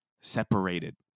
separated